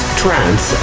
trance